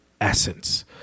essence